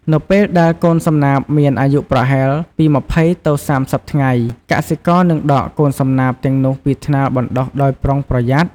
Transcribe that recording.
នៅពេលដែលកូនសំណាបមានអាយុប្រហែលពី ២០ ទៅ ៣០ ថ្ងៃកសិករនឹងដកកូនសំណាបទាំងនោះពីថ្នាលបណ្ដុះដោយប្រុងប្រយ័ត្ន។